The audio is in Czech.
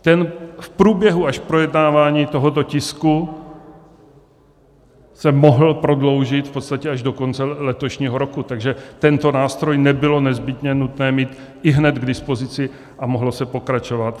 Ten až v průběhu projednávání tohoto tisku se mohl prodloužit v podstatě až do konce letošního roku, takže tento nástroj nebylo nezbytně nutné mít ihned k dispozici a mohlo se pokračovat v Antiviru.